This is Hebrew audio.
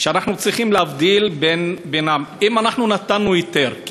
שאנחנו צריכים להבדיל ביניהם: אם אנחנו נתנו היתר עבודה,